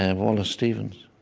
and wallace stevens